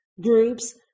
groups